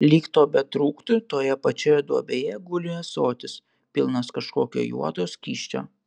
lyg to betrūktų toje pačioje duobėje guli ąsotis pilnas kažkokio juodo skysčio